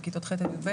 בכיתות ח' עד יב',